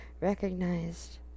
recognized